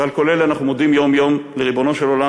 ועל כל אלה אנחנו מודים יום-יום לריבונו של עולם.